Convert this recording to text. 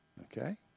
Okay